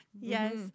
Yes